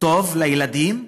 טוב לילדים,